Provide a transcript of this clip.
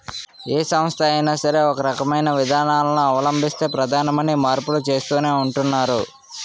ఏ సంస్థ అయినా సరే ఒకే రకమైన విధానాలను అవలంబిస్తే ప్రమాదమని మార్పులు చేస్తూనే ఉంటున్నారు